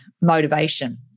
motivation